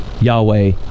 Yahweh